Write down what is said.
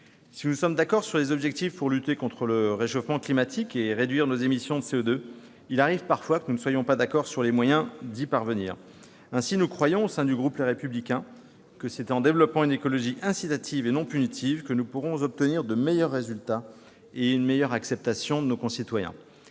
Si nous sommes d'accord sur les objectifs pour lutter contre le réchauffement climatique et réduire nos émissions de CO2, il arrive parfois que tel ne soit pas le cas sur les moyens d'y parvenir. Ainsi, au sein du groupe Les Républicains, nous croyons que c'est en développant une écologie incitative et non punitive que nous pourrons obtenir de meilleurs résultats et une meilleure acceptation de nos concitoyens.